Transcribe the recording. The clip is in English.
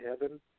Heaven